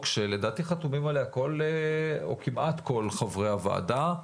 שלדעתי חתומים עליה כמעט כל חברי הוועדה,